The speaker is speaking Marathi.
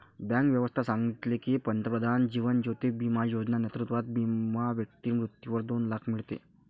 बँक व्यवस्था सांगितले की, पंतप्रधान जीवन ज्योती बिमा योजना नेतृत्वात विमा व्यक्ती मृत्यूवर दोन लाख मीडते